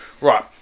right